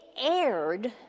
aired